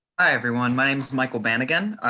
hi, everyone. my name's michael bannigan.